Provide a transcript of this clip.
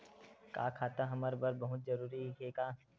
का खाता हमर बर बहुत जरूरी हे का?